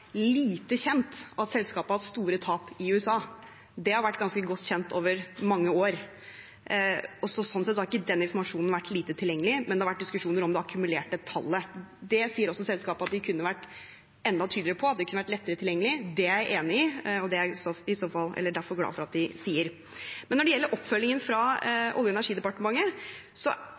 lite kjent at selskapet har hatt store tap i USA. Det har vært ganske godt kjent over mange år. Sånn sett har ikke den informasjonen vært lite tilgjengelig, men det har vært diskusjoner om det akkumulerte tallet. Det sier også selskapet at de kunne vært enda tydeligere på, det kunne vært lettere tilgjengelig. Det er jeg enig i, og det er jeg derfor glad for at de sier. Men når det gjelder oppfølgingen fra Olje- og energidepartementet,